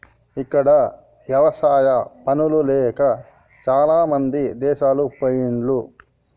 ఇక్కడ ఎవసాయా పనులు లేక చాలామంది దేశాలు పొయిన్లు